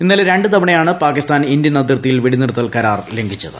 ഇന്നലെ രണ്ടു തവണയാണ് പാകിസ്ഥാൻ ഇന്ത്യൻ അതിർത്തിയിൽ വെടിനിർത്തൽ കരാർ ലംഘിച്ചത്